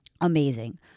Amazing